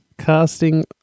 Casting